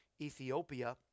Ethiopia